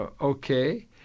okay